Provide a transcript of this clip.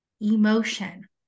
emotion